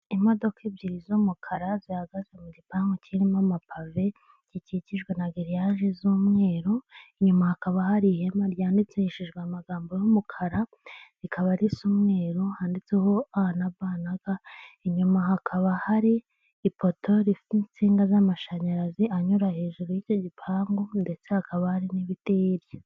Imodoka ebyiri z'umukara zihagaze mu gipangu kirimo amapave, gikikijwe na giriyaje z'umweru, inyuma hakaba hari ihema ryandikishishijwe amagambo y'umukara rikaba risa umweru, handitseho a na ba na ga, inyuma hakaba hari ipoto rifite insinga z'amashanyarazi anyura hejuru y'icyo gipangu, ndetse hakaba hari n'ibiti hirya.